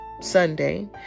Sunday